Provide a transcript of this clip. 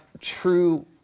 true